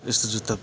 यस्तो जुत्ता